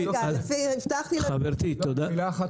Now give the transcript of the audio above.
רבותיי, תודה.